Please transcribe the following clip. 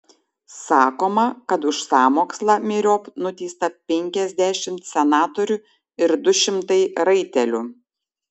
sakoma kad už sąmokslą myriop nuteista penkiasdešimt senatorių ir du šimtai raitelių